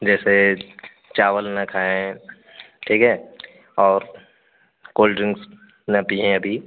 जैसे चावल न खाएँ ठीक है और कोल्ड ड्रिंक्स न पिएँ अभी